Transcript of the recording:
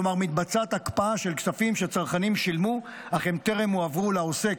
כלומר מתבצעת הקפאה של כספים שצרכנים שילמו אך טרם הועברו לעוסק.